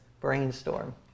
brainstorm